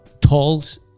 tolls